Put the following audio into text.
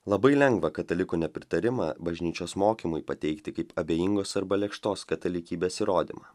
labai lengva katalikų nepritarimą bažnyčios mokymui pateikti kaip abejingos arba lėkštos katalikybės įrodymą